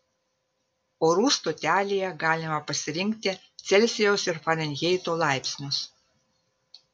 orų stotelėje galima pasirinkti celsijaus ir farenheito laipsnius